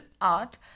art